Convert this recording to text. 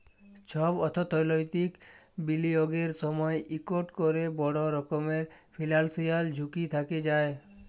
ছব অথ্থলৈতিক বিলিয়গের সময় ইকট ক্যরে বড় রকমের ফিল্যালসিয়াল ঝুঁকি থ্যাকে যায়